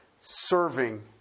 serving